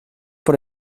por